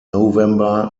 november